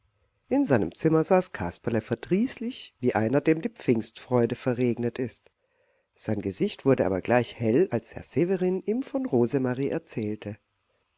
in seinem zimmer saß kasperle verdrießlich wie einer dem die pfingstfreude verregnet ist sein gesicht wurde aber gleich hell als herr severin ihm von rosemarie erzählte